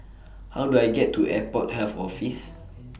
How Do I get to Airport Health Office